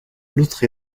loutre